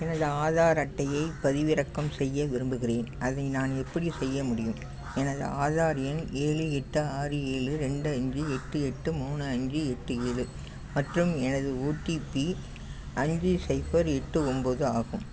எனது ஆதார் அட்டையை பதிவிறக்கம் செய்ய விரும்புகிறேன் அதை நான் எப்படிச் செய்ய முடியும் எனது ஆதார் எண் ஏழு எட்டு ஆறு ஏழு ரெண்டு அஞ்சு எட்டு எட்டு மூணு அஞ்சு எட்டு ஏழு மற்றும் எனது ஓடிபி அஞ்சு சைபர் எட்டு ஒன்போது ஆகும்